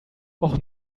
och